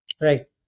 right